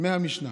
מהמשנה: